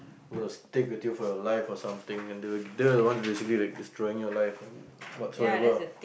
will stick with you for your life or something and they will they were the one that's basically like destroying your life whatsoever